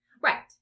Right